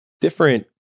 different